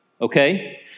Okay